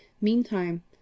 meantime